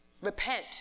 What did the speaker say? repent